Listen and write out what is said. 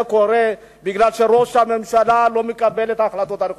זה קורה בגלל שראש הממשלה לא מקבל את ההחלטות הנכונות.